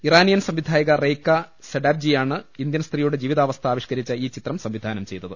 Iranian സംവിധായിക Rayka സെഡാബ്ജിയാണ് Indian സ്ത്രീയുടെ ജീവിതാവസ്ഥ ആവിഷ്കരിച്ച ഈ ചിത്രം സംവിധാനം ചെയ്തത്